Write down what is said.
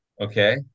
Okay